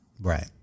Right